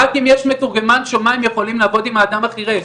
רק אם יש אדם שומע שיכול לעבוד עם האדם החירש.